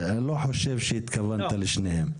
אני לא חושב שהתכוונת לשניהם.